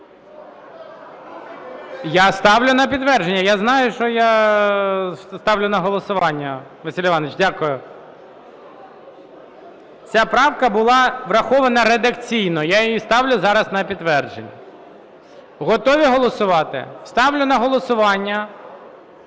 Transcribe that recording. Я ставлю на підтвердження, я знаю, що я ставлю на голосування. Василь Іванович, дякую. Ця правка була врахована редакційно. Я її ставлю зараз на підтвердження. Готові голосувати? Ставлю на підтвердження